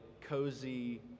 Cozy